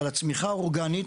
על הצמיחה האורגנית,